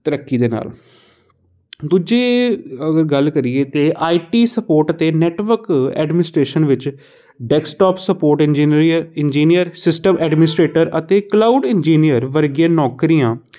ਤਰੱਕੀ ਦੇ ਨਾਲ ਦੂਜੀ ਅਗਰ ਗੱਲ ਕਰੀਏ ਤਾਂ ਆਈ ਟੀ ਸਪੋਰਟ ਅਤੇ ਨੈਟਵਰਕ ਐਡਮਿਨਿਸਟ੍ਰੇਸ਼ਨ ਵਿੱਚ desktop support engineer engineer system administrator ਅਤੇ ਕਲਾਊਡ ਇੰਜੀਨੀਅਰ ਵਰਗੀ ਨੌਕਰੀਆਂ